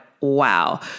Wow